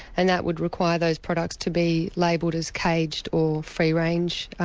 and that would require those products to be labelled as caged or free range,